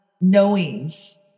knowings